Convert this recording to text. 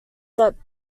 that